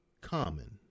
common